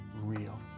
real